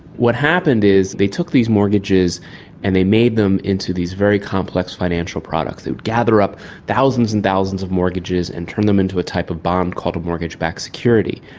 what happened is they took these mortgages and they made them into these very complex financial products they'd gather up thousands and thousands of mortgages and turn them into a type of bond called a mortgage-backed security.